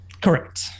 Correct